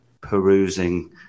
perusing